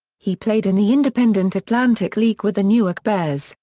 he played in the independent atlantic league with the newark bears,